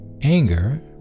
Anger